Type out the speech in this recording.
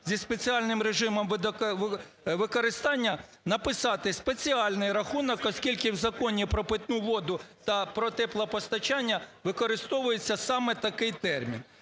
зі спеціальним режимом використання" написати "спеціальний рахунок", оскільки в Законі про питну воду та про теплопостачання використовується саме такий термін.